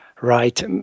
Right